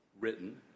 written